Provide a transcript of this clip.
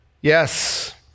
yes